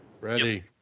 ready